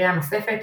לקריאה נוספת